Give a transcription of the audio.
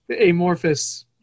amorphous